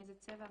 מאיזה צבע,